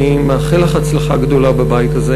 אני מאחל לך הצלחה גדולה בבית הזה.